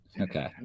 okay